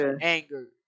anger